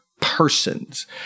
persons